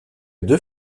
deux